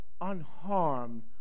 unharmed